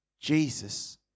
Jesus